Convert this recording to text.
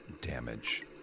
damage